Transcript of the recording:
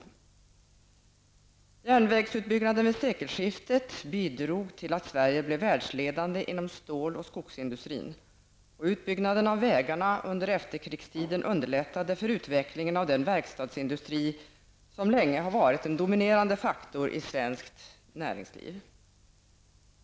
Järnvägsutbyggnaden vid sekelskiftet bidrog till att Sverige blev världsledande inom stål och skogsindustrin, och utbyggnaden av vägarna under efterkrigstiden underlättade för utvecklingen av den verkstadsindustri som länge har varit en dominerande faktor i svenskt näringsliv.